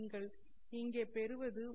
நீங்கள் இங்கே பெறுவது